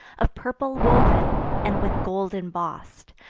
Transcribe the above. of purple woven, and with gold emboss'd,